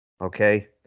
Okay